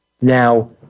Now